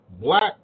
black